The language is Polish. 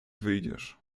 wyjdziesz